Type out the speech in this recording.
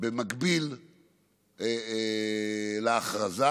במקביל להכרזה.